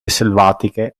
selvatiche